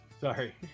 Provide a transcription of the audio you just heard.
sorry